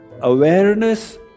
awareness